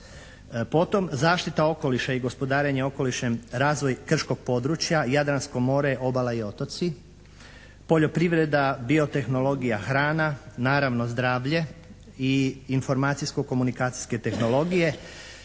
Potom zaštita okoliša i gospodarenje okolišem, razvoj krškog područja, Jadransko more, obala i otoci. Poljoprivreda, biotehnologija, hrana, naravno zdravlje i informacijsko-komunikacijske tehnologije.